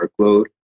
workload